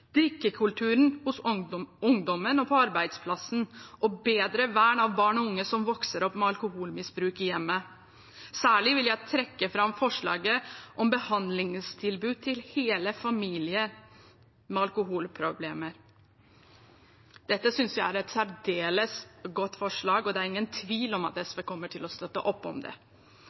drikkekulturen hos ungdommen og på arbeidsplassen og på bedre vern av barn og unge som vokser opp med alkoholmisbruk i hjemmet. Særlig vil jeg trekke fram forslaget om behandlingstilbud til hele familier med alkoholproblemer. Dette synes jeg er et særdeles godt forslag, og det er ingen tvil om at SV kommer til å støtte opp om det.